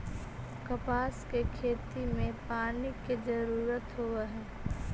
कपास के खेती में पानी के जरूरत होवऽ हई